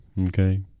Okay